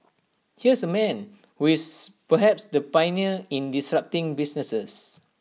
here's A man who is perhaps the pioneer in disrupting businesses